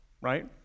right